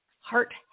heart